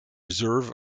reserve